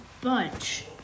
bunch